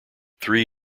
three